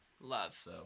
Love